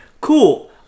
cool